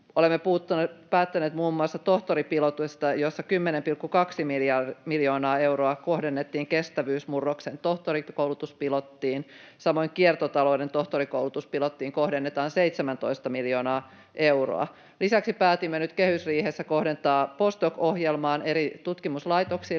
Olemme päättäneet muun muassa tohtoripilotista, jossa 10,2 miljoonaa euroa kohdennettiin kestävyysmurroksen tohtorikoulutuspilottiin. Samoin kiertotalouden tohtorikoulutuspilottiin kohdennetaan 17 miljoonaa euroa. Lisäksi päätimme nyt kehysriihessä kohdentaa postdoc-ohjelmaan eri tutkimuslaitoksille